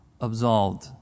absolved